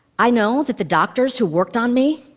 i know that the doctors who worked on me,